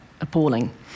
appalling